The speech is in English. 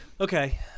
okay